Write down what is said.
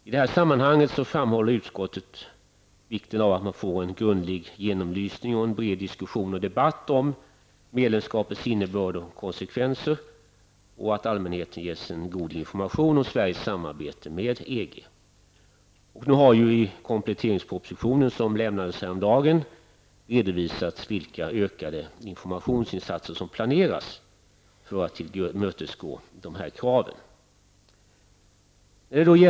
I detta sammanhang framhåller utskottet vikten av att man får en grundlig genomlysning och en bred diskussion och debatt om medlemskapets innebörd och konsekvenser samt att allmänheten ges en god information om Sveriges samarbete med EG. Nu har i kompletteringspropositionen, som lämnades häromdagen, redovisats vilka ökade informationsinsatser som planeras för att tillmötesgå dessa krav.